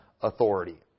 authority